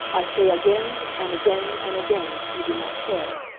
i say again, and again, and again, you do not care.